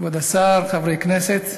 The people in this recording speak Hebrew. כבוד השר, חברי כנסת,